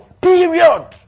period